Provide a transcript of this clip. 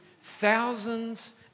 thousands